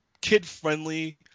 kid-friendly –